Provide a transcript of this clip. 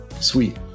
sweet